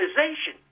organization